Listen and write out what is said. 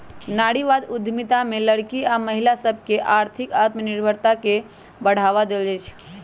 नारीवाद उद्यमिता में लइरकि आऽ महिला सभके आर्थिक आत्मनिर्भरता के बढ़वा देल जाइ छइ